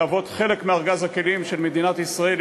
להוות חלק מארגז הכלים של מדינת ישראל,